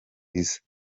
iza